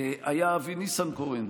היה אבי ניסנקורן,